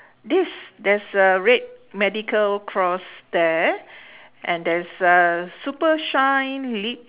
this there's a red medical cross there and there's a super shine lips